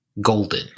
golden